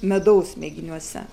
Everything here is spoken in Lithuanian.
medaus mėginiuose